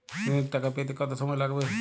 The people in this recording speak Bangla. ঋণের টাকা পেতে কত সময় লাগবে?